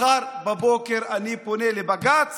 מחר בבוקר אני פונה לבג"ץ.